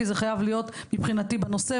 כי זה חייב להיות מבחינתי בנושא,